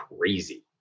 crazy